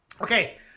Okay